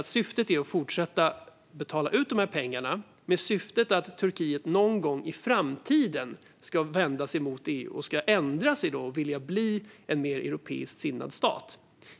Är syftet att fortsätta betala ut pengarna för att Turkiet någon gång i framtiden ska vända sig till EU, ändra sig och vilja bli en mer europeiskt sinnad stat?